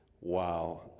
Wow